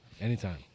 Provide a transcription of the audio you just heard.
Anytime